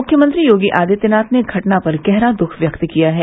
मुख्यमंत्री योगी आदित्यनाथ ने घटना पर गहरा दुःख व्यक्त किया है